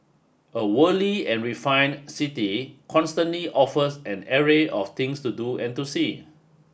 a worldly and refined city constantly offers an array of things to do and to see